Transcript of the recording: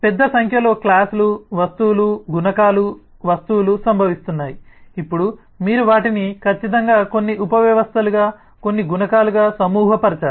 పెద్ద సంఖ్యలో క్లాస్ లు వస్తువులు గుణకాలు వస్తువులు సంభవిస్తున్నాయి ఇప్పుడు మీరు వాటిని ఖచ్చితంగా కొన్ని ఉప వ్యవస్థలుగా కొన్ని గుణకాలుగా సమూహపరచాలి